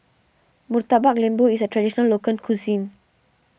Murtabak Lembu is a Traditional Local Cuisine